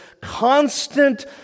constant